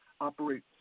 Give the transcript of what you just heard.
operate